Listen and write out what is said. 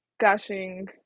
gushing